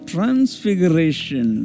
Transfiguration